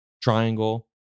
triangle